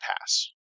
pass